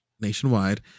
nationwide